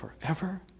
forever